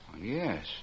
Yes